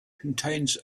contains